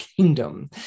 kingdom